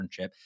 internship